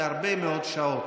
היא להרבה מאוד שעות,